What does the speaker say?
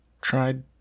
tried